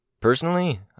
Personally